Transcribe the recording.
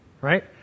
right